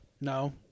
No